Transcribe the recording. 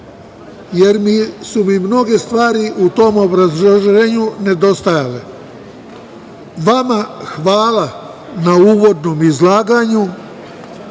jer su mi mnoge stvari u tom obrazloženju nedostajale. Vama hvala na uvodnom izlaganju,